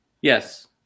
Yes